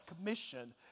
commission